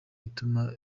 ituma